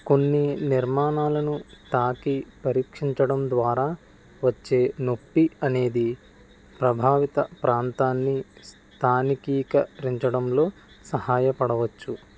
కొన్ని నిర్మాణాలను తాకి పరీక్షించడం ద్వారా వచ్చే నొప్పి అనేది ప్రభావిత ప్రాంతాన్ని స్థానికీకరించడంలో సహాయపడవచ్చు